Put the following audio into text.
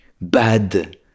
bad